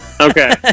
Okay